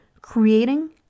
creating